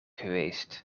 geweest